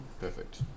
Perfect